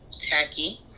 Tacky